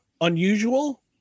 unusual